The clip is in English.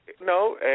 No